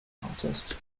artist